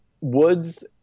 Woods